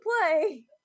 play